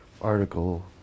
Article